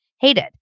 Hated